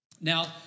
Now